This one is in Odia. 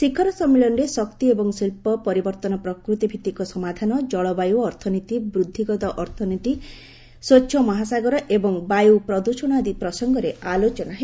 ଶିଖର ସମ୍ମିଳନୀରେ ଶକ୍ତି ଏବଂ ଶିଳ୍ପ ପରିବର୍ତ୍ତନ ପ୍ରକୃତି ଭିତ୍ତିକ ସମାଧାନ ଜଳବାୟୁ ଅର୍ଥନୀତି ବୂଦ୍ଧିଗତ ଅର୍ଥନୀତି ସ୍ୱଚ୍ଛ ମହାସାଗର ଏବଂ ବାୟୁ ପ୍ରଦୃଷଣ ଆଦି ପ୍ରସଙ୍ଗରେ ଆଲୋଚନା ହେବ